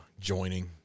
joining